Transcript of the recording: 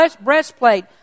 breastplate